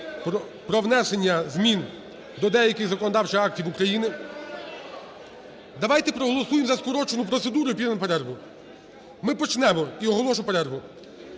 про внесення змін до деяких законодавчих актів України (давайте проголосуємо за скорочену процедуру - і підемо на перерву, ми почнемо - і оголошу перерву)